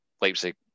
Leipzig